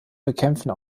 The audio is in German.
bekämpften